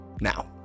Now